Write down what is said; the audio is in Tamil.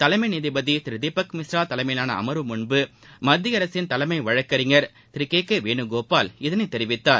தலைமை நீதிபதி திரு தீபக் மிஸ்ரா தலைமையிவாள அமர்வு முன்பு மத்திய அரசின் தலைமை வழக்கறிஞர் திரு கே கே வேணுகோபால் இதனை தெரிவித்தார்